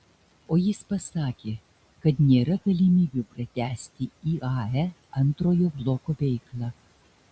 o jis pasakė kad nėra galimybių pratęsti iae antrojo bloko veiklą